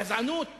גזענות